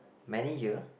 many year